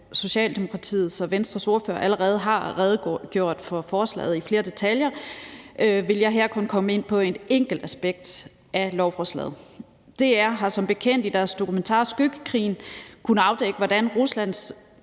Socialdemokratiets og Venstres ordførere allerede har redegjort for forslaget i flere detaljer, vil jeg her kun komme ind på et enkelt aspekt af lovforslaget. DR har som bekendt i deres dokumentar »Skyggekrigen« kunnet afdække, hvordan Rusland